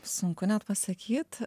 sunku net pasakyt